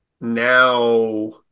now